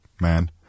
man